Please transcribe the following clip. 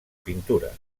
pintura